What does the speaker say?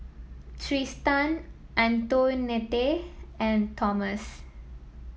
Tristan Antoinette and Thomas